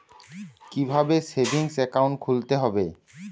কীভাবে savings account খুলতে হবে?